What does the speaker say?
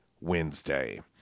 Wednesday